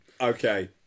Okay